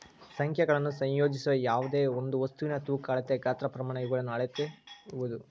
ಸಂಖ್ಯೆಗಳನ್ನು ಸಂಯೋಜಿಸುವ ಯಾವ್ದೆಯೊಂದು ವಸ್ತುವಿನ ತೂಕ ಅಳತೆ ಗಾತ್ರ ಪ್ರಮಾಣ ಇವುಗಳನ್ನು ಅಳೆಯುವುದು